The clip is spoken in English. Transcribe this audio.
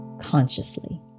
consciously